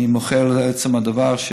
אני מוחה על עצם הדבר.